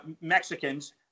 Mexicans